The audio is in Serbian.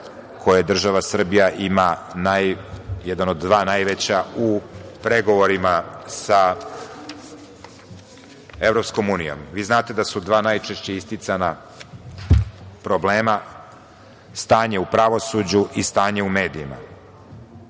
koji država Srbija ima, jedan od dva najveća, u pregovorima sa EU. Vi znate da su dva najčešće isticana problema stanje u pravosuđu i stanje u medijima. Ono